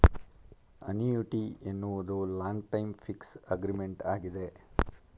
annuity ಎನ್ನುವುದು long time fix agreement ಆಗಿದೆ